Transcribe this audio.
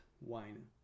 wine